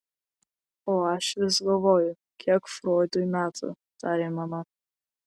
o aš vis galvoju kiek froidui metų tarė mama